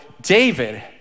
David